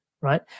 Right